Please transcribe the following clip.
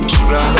Sugar